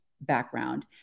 background